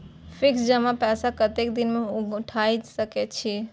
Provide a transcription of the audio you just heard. Fix जमा पैसा कतेक दिन में उठाई सके छी?